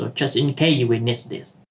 like just in case you will need this